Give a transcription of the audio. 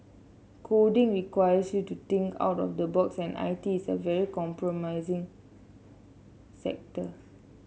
coding requires you to think out of the box and I T is a very compromising sector